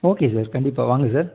okay sir கண்டிப்பாக வாங்க sir